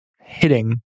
hitting